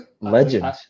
Legend